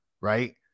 right